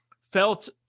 felt